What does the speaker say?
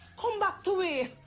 come back to we! i